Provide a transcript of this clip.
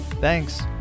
Thanks